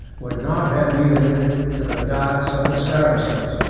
would not have yielded to the darts of the saracens.